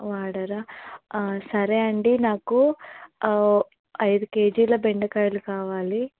వాడరా సరే అండి నాకు ఐదు కేజీల బెండకాయలు కావాలి